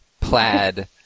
plaid